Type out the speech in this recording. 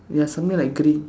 ya something like green